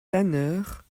tanneurs